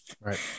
right